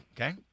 okay